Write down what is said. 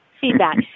feedback